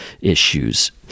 issues